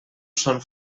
són